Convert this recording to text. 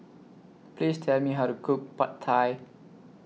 Please Tell Me How to Cook Pad Thai